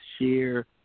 share